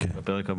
עצמו, הפרק הבא.